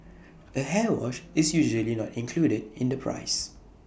A hair wash is usually not included in the price